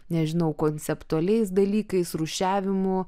nežinau konceptualiais dalykais rūšiavimu